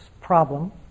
problem